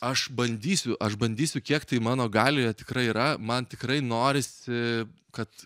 aš bandysiu aš bandysiu kiek tai mano galioje tikrai yra man tikrai norisi kad